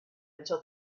until